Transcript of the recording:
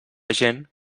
gent